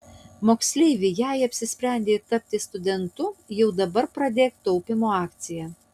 moksleivi jei apsisprendei tapti studentu jau dabar pradėk taupymo akciją